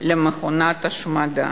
למכונת השמדה.